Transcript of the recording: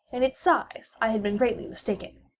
in its size i had been greatly mistaken.